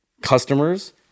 customers